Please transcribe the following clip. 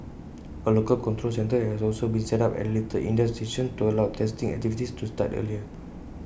A local control centre has also been set up at little India station to allow testing activities to start earlier